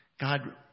God